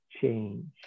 change